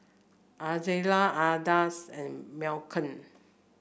Ozella Ardis and Malcolm